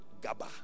gaba